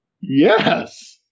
Yes